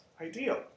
ideal